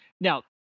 Now